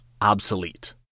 obsolete